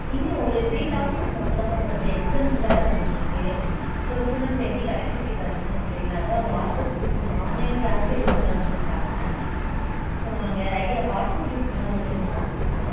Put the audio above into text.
இன்னும் ஒரு three topics மட்டும் தான் மேம் இருக்குது எக்ஸாம்ஸ் வேறு வந்துகிட்ருக்கு ஸோ ஸ்டூடண்ட்ஸை எப்படி கனெக்ட்டிவிட்டி பண்ணுறதுனு எனக்கு தெரியல அதுதான் வாட்ஸ்அப் க்ரூப் இந்த ஆன்லைன் க்ளாஸும் எடுக்கக்கூடாதுனு சொல்லிட்டாங்க ஸோ நம்ம வேறு ஐடியா வாட்ஸ்அப் க்ரூப் இந்த மாதிரி ஓப்பன் பண்ணலாமா மேம்